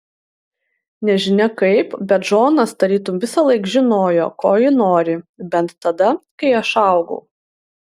nežinia kaip bet džonas tarytum visąlaik žinojo ko ji nori bent tada kai aš augau